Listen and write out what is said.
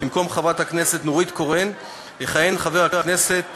במקום חברת הכנסת נורית קורן יכהן חבר הכנסת